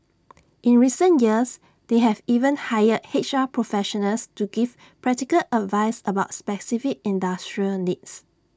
in recent years they have even hired H R professionals to give practical advice about specific industry needs